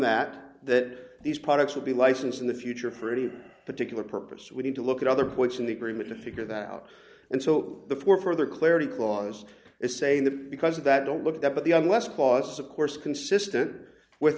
that that these products will be licensed in the future for any particular purpose we need to look at other points in the green to figure that out and so the for further clarity clause is saying that because of that don't look at that but the unless clauses of course consistent with